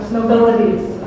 nobilities